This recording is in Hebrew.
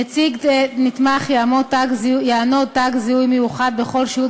נציג נתמך יענוד תג זיהוי מיוחד בכל שהות